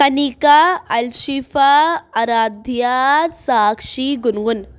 Kanika Alshifa Aradhya Sakshi Gangan